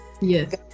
Yes